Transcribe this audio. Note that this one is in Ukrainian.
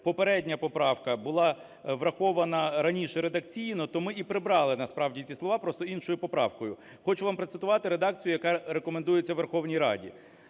попередня поправка була врахована раніше редакційно, то ми і прибрали, насправді, ці слова просто іншою поправкою. Хочу вам процитувати редакцію, яка рекомендується Верховній Раді.